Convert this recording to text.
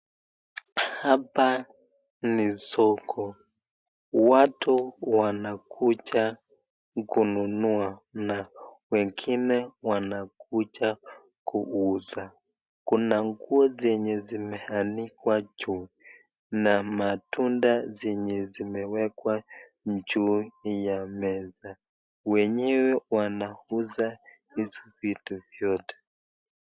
Hapa ni soko, watu wanakuja kununua na wengine wanakuja kuuza, kuna nguo zenye zimeanikwa juu na matunda zenye zimewekwa juu ya meza, wenyewe wanauza hizo vitu vyote.